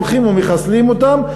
הולכים ומחסלים אותם,